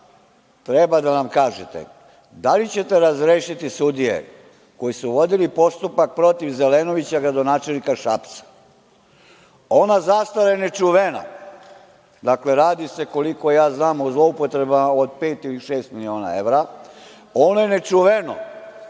treba da nam kažete da li ćete razrešiti sudije koji su vodili postupak protiv Zelenovića, gradonačelnika Šapca? Ona zastava je nečuvena. Dakle, radi se koliko ja znam o zloupotrebama od pet ili šest miliona evra. Ono je nečuveno,